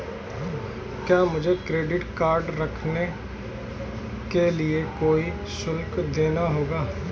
क्या मुझे credit card रखने के लिए कोई शुल्क देना होगा?